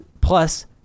Plus